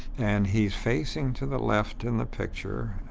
and he's facing to the left in the picture,